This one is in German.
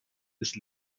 ist